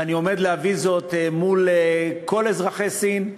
ואני עומד להביא זאת מול כל אזרחי סין,